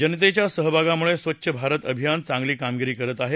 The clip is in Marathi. जनतेच्या सहभागामुळे स्वच्छ भारत अभियान चांगली कामगिरी करत आहे